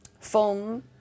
Film